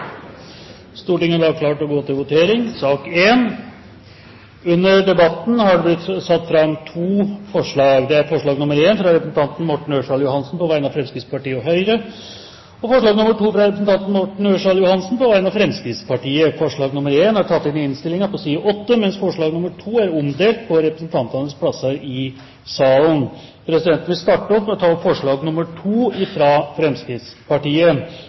Stortinget er da klart til å gå til votering. Under debatten er det satt fram to forslag. Det er: forslag nr. 1, fra representanten Morten Ørsal Johansen på vegne av Fremskrittspartiet og Høyre forslag nr. 2, fra representanten Morten Ørsal Johansen på vegne av Fremskrittspartiet Forslag nr. 1 er inntatt i innstillingen, mens forslag nr. 2 er omdelt på representantenes plasser i salen. Presidenten vil så ta opp forslag nr. 1, fra Fremskrittspartiet